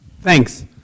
Thanks